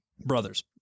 Brothers